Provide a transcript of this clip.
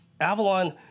Avalon